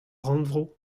rannvro